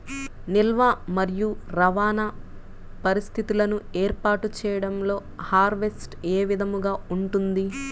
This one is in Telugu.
నిల్వ మరియు రవాణా పరిస్థితులను ఏర్పాటు చేయడంలో హార్వెస్ట్ ఏ విధముగా ఉంటుంది?